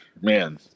man